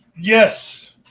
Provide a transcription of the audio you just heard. Yes